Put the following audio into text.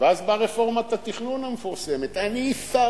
ואז באה רפורמת התכנון המפורסמת: אני אפרק,